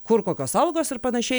kur kokios algos ir panašiai